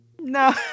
No